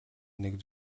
нэг